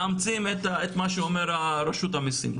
מאמצים את מה שאומר רשות המיסים.